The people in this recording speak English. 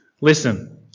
Listen